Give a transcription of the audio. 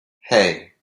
hey